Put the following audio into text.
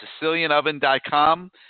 SicilianOven.com